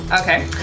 Okay